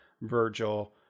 Virgil